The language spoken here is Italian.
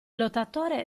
lottatore